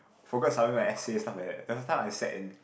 forgot to submit my essay stuff like the last time I sat in